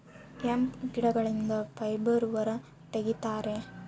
hemp ಗಿಡಗಳಿಂದ fibre ಹೊರ ತಗಿತರೆ